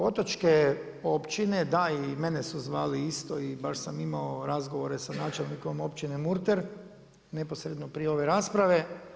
Otočke općine, da i mene su zvali isto i baš sam imao razgovore sa načelnikom općine Murter, neposredno prije ove rasprave.